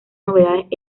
novedades